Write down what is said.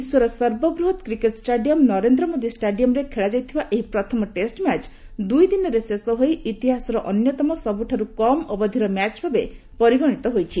ବିଶ୍ୱର ସର୍ବବୃହତ cricket stadium Narendra Modi ଷ୍ଟାଡିୟମରେ ଖେଳାଯାଇଥିବା ଏହି ପ୍ରଥମ ଟେଷ୍ଟ ମ୍ୟାଚ ଦୁଇଦିନରେ ଶେଷ ହୋଇ ଇତିହାସର ଅନ୍ୟତମ ସବୁଠାରୁ କମ୍ ଅବଧିର ମ୍ୟାଚ ଭାବେ ପରିଗଣିତ ହୋଇଛି